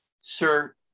sir